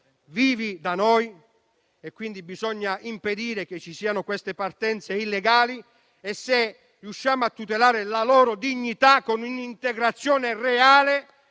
vivi da noi, quindi bisogna impedire che ci siano queste partenze illegali, e se riusciamo a tutelare la loro dignità, con un'integrazione reale